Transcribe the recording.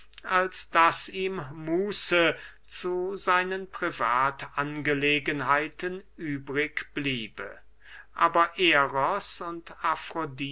als daß ihm muße zu seinen privatangelegenheiten übrig bliebe aber eros und